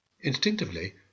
Instinctively